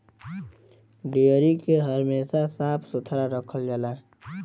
dairy के हमेशा साफ सुथरा रखल जाला